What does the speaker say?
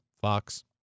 Fox